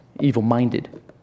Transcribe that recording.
evil-minded